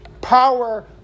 power